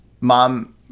Mom